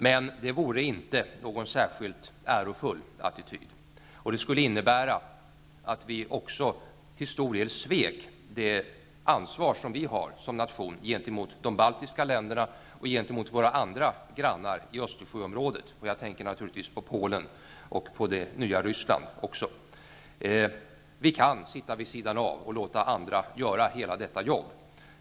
Detta vore emellertid inte någon särskilt ärofull attityd, och det skulle också innebära att vi till stor del svek det ansvar vi har som nation gentemot de baltiska länderna och gentemot våra andra grannar i Östersjöområdet -- jag tänker naturligtvis på Polen och det nya Ryssland. Vi kan sitta vid sidan av och låta andra göra hela detta jobb.